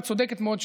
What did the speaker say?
הצודקת מאוד,